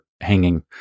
hanging